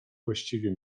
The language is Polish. właściwie